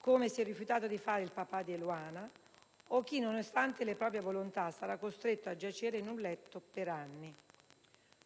come si è rifiutato di fare il papa di Eluana, o chi, nonostante le proprie volontà, sarà costretto a giacere in un letto per anni.